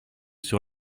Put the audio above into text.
sur